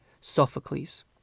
Sophocles